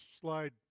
slide